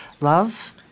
love